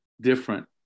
different